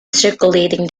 circulating